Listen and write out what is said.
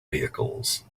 vehicles